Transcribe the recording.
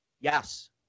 Yes